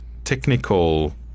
Technical